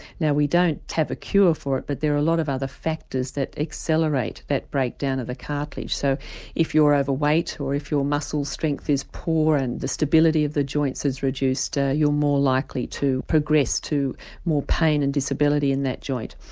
now we don't have a cure for it but there are a lot of other factors that accelerate that breakdown of the cartilage so if you're overweight, or if your muscle strength is poor and the stability of the joints is reduced ah you're more likely to progress to more pain and disability in that joint.